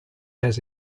has